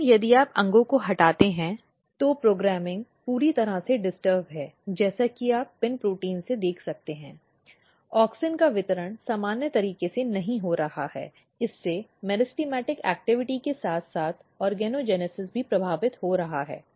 लेकिन यदि आप अंगों को हटाते हैं तो प्रोग्रामिंग पूरी तरह से डिस्टर्ब् है जैसा कि आप PIN प्रोटीन से देख सकते हैं ऑक्सिन का वितरण सामान्य तरीके से नहीं हो रहा है इससे मेरिस्टेमेटिक गतिविधि के साथ साथ ऑर्गोजेनेसिस भी प्रभावित हो रहा है